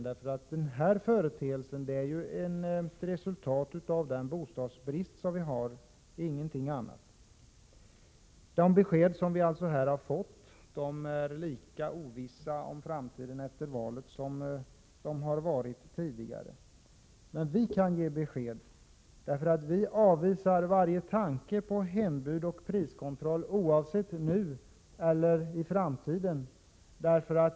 Det hela är ju ett resultat av den bostadsbrist som vi har — ingenting annat. De besked som vi har fått innebär lika stor ovisshet om framtiden efter valet som de tidigare beskeden. Men vi från centern kan ge besked. Vi avvisar varje tanke på hembud och priskontroll, både nu och i framtiden.